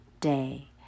day